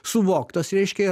suvoktas reiškia ir